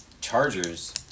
Chargers